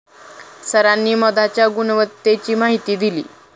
सरांनी मधाच्या गुणवत्तेची माहिती दिली